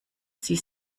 sie